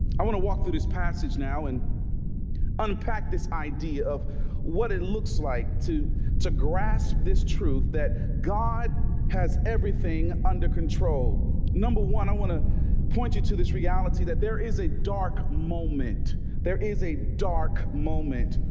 i want to walk through this passage now and unpack this idea of what it looks like to to grasp this truth that god has everything under control? number one. i want to point you to this reality that there is a dark moment there is a dark moment.